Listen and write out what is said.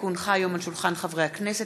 כי הונחה היום על שולחן הכנסת,